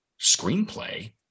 screenplay